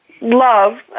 love